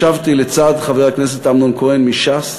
ישבתי לצד חבר הכנסת אמנון כהן מש"ס